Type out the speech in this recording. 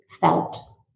felt